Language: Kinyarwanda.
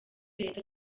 leta